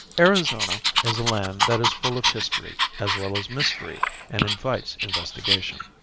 arizona is a land that is full of history as well as mystery and invites investigation.